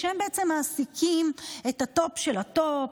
שהם עצם מעסיקים את הטופ של הטופ,